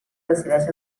decideix